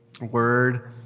word